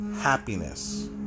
happiness